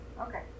okay